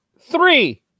three